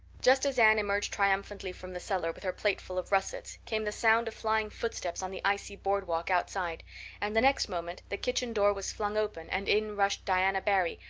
just as anne emerged triumphantly from the cellar with her plateful of russets came the sound of flying footsteps on the icy board walk outside and the next moment the kitchen door was flung open and in rushed diana barry,